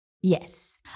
Yes